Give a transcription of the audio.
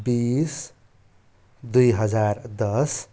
बिस दुई हजार दस